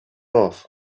off